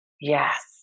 Yes